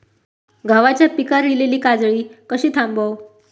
गव्हाच्या पिकार इलीली काजळी कशी थांबव?